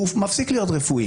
הוא מפסיק להיות רפואי.